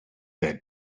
that